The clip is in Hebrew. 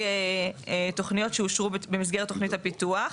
תוכניות שאושרו במסגרת תוכנית הפיתוח,